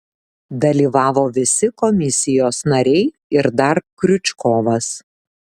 dalyvavo visi komisijos nariai ir dar kriučkovas